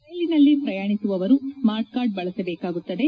ರೈಲಿನಲ್ಲಿ ಪ್ರಯಾಣಿಸುವವರು smart card ಬಳಸಬೇಕಾಗುತ್ತದೆ